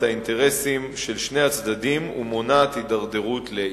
האינטרסים של שני הצדדים ומונעת הידרדרות לעימות.